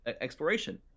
exploration